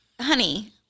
honey